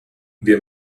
wir